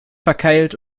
verkeilt